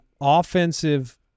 offensive